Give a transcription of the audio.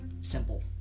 Simple